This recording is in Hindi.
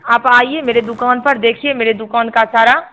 आप आइए मेरे दुकान पर देखिए मेरे दुकान का सारा